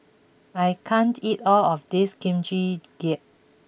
I can't eat all of this Kimchi Jjigae